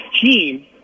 team